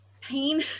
pain